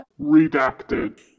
Redacted